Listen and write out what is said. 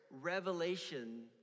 revelation